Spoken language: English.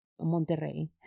Monterrey